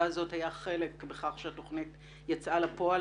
הזאת היה חלק בכך שהתוכנית יצאה לפועל.